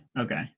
okay